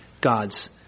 God's